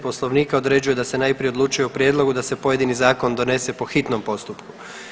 Poslovnika određuje da se najprije odlučuje o prijedlogu da se pojedini zakon donese po hitnom postupku.